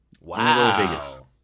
Wow